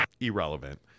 Irrelevant